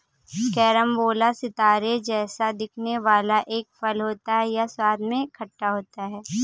carambola सितारे जैसा दिखने वाला एक फल होता है यह स्वाद में खट्टा होता है